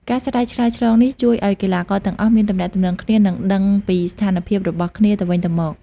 ការស្រែកឆ្លើយឆ្លងនេះជួយឲ្យកីឡាករទាំងអស់មានទំនាក់ទំនងគ្នា និងដឹងពីស្ថានភាពរបស់គ្នាទៅវិញទៅមក។